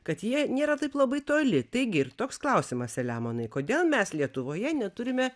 kad jie nėra taip labai toli taigi ir toks klausimas seliamonai kodėl mes lietuvoje neturime